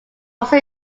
also